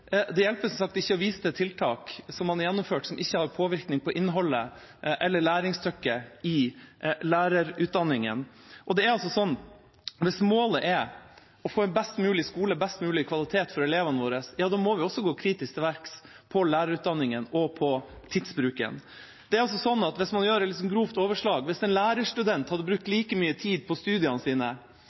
Det hjelper som sagt ikke å vise til tiltak man har gjennomført som ikke har påvirkning på innholdet eller læringstrykket i lærerutdanningene. Hvis målet er å få en best mulig skole og best mulig kvalitet for elevene våre, må vi også gå kritisk til verks på lærerutdanningene og på tidsbruken. Gjør man et grovt overslag, er det slik at hvis en lærerstudent hadde brukt like mye tid på studiene sine